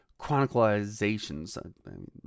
chronicalizations